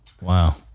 Wow